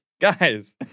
Guys